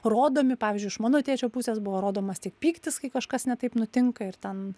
rodomi pavyzdžiui iš mano tėčio pusės buvo rodomas tik pyktis kai kažkas ne taip nutinka ir ten